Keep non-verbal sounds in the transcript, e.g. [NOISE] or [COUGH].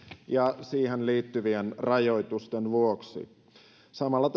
ja siihen liittyvien rajoitusten vuoksi samalla [UNINTELLIGIBLE]